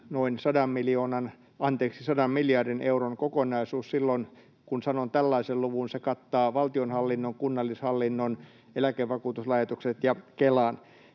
noin sadan miljardin euron kokonaisuus, ja kun sanon tällaisen luvun, se kattaa valtionhallinnon, kunnallishallinnon, eläkevakuutuslaitokset ja Kelan.